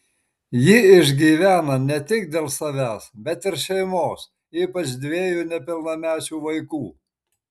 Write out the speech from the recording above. ji išgyvena ne tik dėl savęs bet ir šeimos ypač dviejų nepilnamečių vaikų